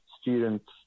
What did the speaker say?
students